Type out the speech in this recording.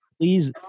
please